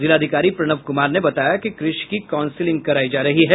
जिलाधिकारी प्रणव कुमार ने बताया कि कृष की काउंसलिंग करायी जा रही है